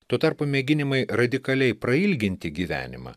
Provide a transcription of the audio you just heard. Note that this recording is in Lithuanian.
tuo tarpu mėginimai radikaliai prailginti gyvenimą